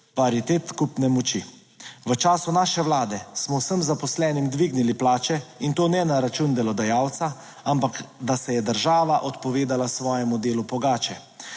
paritet kupne moči. V času naše vlade smo vsem zaposlenim dvignili plače in to ne na račun delodajalca, ampak da se je država odpovedala svojemu delu pogače.